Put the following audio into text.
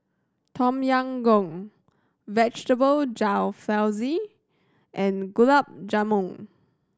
Tom Yam Goong Vegetable Jalfrezi and Gulab Jamun